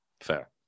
Fair